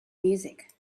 music